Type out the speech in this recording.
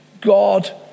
God